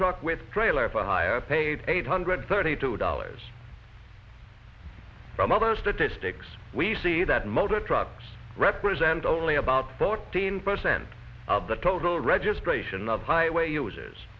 truck with trailer for hire paid eight hundred thirty two dollars from other statistics we see that motor trucks represent only about thirteen percent of the total registration of highway users